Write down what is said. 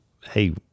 hey